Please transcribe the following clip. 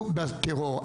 בטרור.